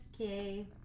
okay